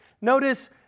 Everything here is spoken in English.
Notice